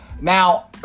Now